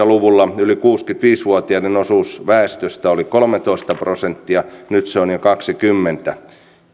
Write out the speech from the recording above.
luvulla yli kuusikymmentäviisi vuotiaiden osuus väestöstä oli kolmetoista prosenttia nyt se on jo kaksikymmentä